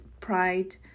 pride